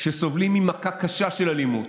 שסובלים ממכה קשה של אלימות,